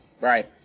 Right